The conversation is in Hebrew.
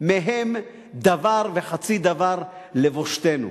מהם דבר וחצי דבר, לבושתנו.